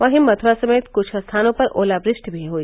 वहीं मथ्रा समेत कुछ स्थानों पर ओलावृष्टि भी हुई